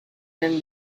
than